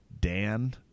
Dan